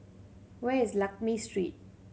where is Lakme Street